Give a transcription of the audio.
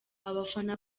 abafana